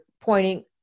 pointing